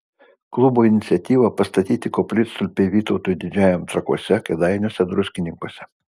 klubo iniciatyva pastatyti koplytstulpiai vytautui didžiajam trakuose kėdainiuose druskininkuose